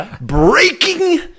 Breaking